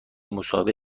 مصاحبه